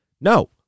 No